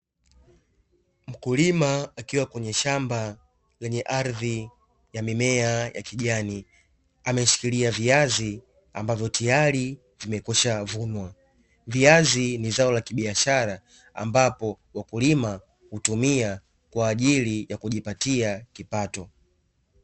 Mkulima akiwa kwenye shamba lenye ardhi ya mimea ya kijani, ameshikilia viazi ambavyo tayari vimekwishavunwa. Viazi ni zao la kibiashara ambapo wakulima hutumia kwa ajili ya kujipatia kipato.